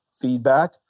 feedback